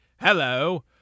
Hello